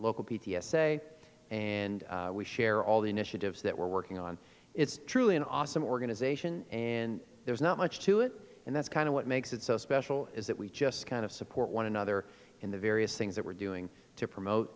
local p d s a and we share all the initiatives that we're working on it's truly an awesome organization and there's not much to it and that's kind of what makes it so special is that we just kind of support one another in the various things that we're doing to promote